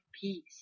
peace